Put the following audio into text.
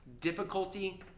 difficulty